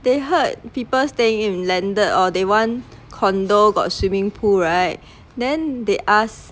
they heard people staying in landed or they want condo got swimming pool right then they ask